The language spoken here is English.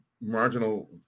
marginal